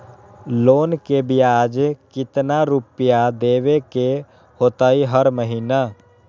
Loan के ब्याज कितना रुपैया देबे के होतइ हर महिना?